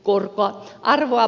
arvoisa puhemies